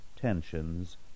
Tensions